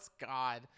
God